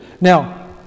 Now